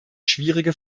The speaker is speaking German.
schwierige